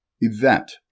event